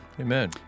Amen